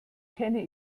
kenne